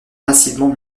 massivement